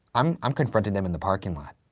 i'm i'm confronting them in the parking lot.